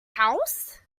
house